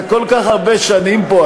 אתה כל כך הרבה שנים פה,